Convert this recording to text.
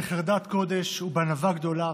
בחרדת קודש ובענווה גדולה.